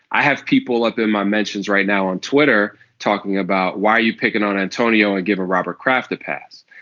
i have people up in my mentions right now on twitter talking about why are you picking on antonio and give robert kraft a pass.